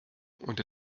unter